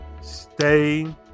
stay